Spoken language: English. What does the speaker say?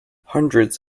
hundreds